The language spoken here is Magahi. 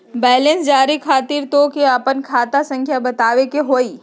बैलेंस जाने खातिर तोह के आपन खाता संख्या बतावे के होइ?